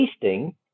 tasting